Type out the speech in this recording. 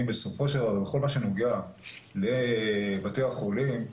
בסופו של דבר לכל מה שנוגע לבתי החולים,